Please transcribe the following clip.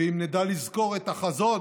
ואם נדע לזכור את החזון